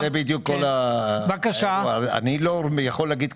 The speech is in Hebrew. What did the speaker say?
אני כרגע לא יכול לומר.